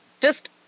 Just-